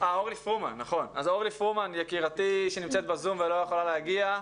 אורלי פרומן, יקירתי שנמצאת בזום ולא יכולה להגיע,